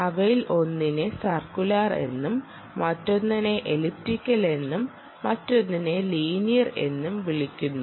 അവയിലൊന്നിനെ circular എന്നും മറ്റൊന്നിനെ elliptical എന്നും മറ്റൊന്നിനെ ലീനിയർ എന്നും വിളിക്കുന്നു